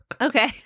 okay